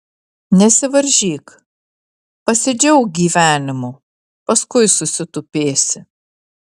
nesivaržyk pasidžiauk gyvenimu paskui susitupėsi